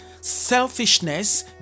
selfishness